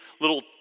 little